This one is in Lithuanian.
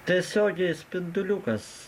tiesiogiai spinduliukas